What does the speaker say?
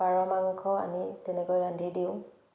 পাৰ মাংস আনি তেনেকৈ ৰান্ধি দিওঁ